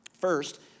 First